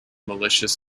malicious